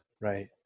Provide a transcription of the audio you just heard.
right